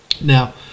Now